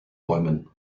bäumen